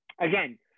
again